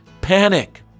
panic